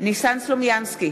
ניסן סלומינסקי,